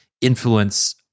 influence